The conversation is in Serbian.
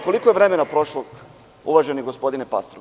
Koliko je vremena prošlo, uvaženi gospodine Pastor?